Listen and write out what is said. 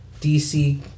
DC